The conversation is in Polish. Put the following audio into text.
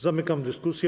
Zamykam dyskusję.